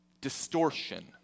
distortion